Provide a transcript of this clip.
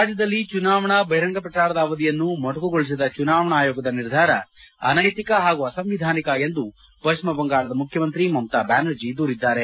ರಾಜ್ಞದಲ್ಲಿ ಚುನಾವಣಾ ಬಹಿರಂಗ ಪ್ರಚಾರದ ಅವಧಿಯನ್ನು ಮೊಟಕುಗೊಳಿಸಿದ ಚುನಾವಣಾ ಆಯೋಗದ ನಿರ್ಧಾರ ಅನೈತಿಕ ಹಾಗೂ ಅಸಂವಿಧಾನಿಕ ಎಂದು ಪಶ್ಚಿಮ ಬಂಗಾಳದ ಮುಖ್ಯಮಂತ್ರಿ ಮಮತಾಬ್ಯಾನರ್ಜಿ ದೂರಿದ್ದಾರೆ